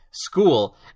School